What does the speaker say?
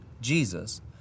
Jesus